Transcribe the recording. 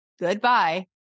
Goodbye